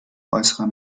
äußere